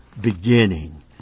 beginning